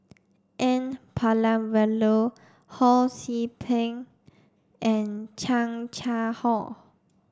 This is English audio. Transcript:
N Palanivelu Ho See Beng and Chan Chang How